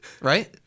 Right